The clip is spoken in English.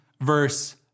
verse